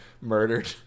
murdered